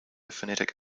phonetic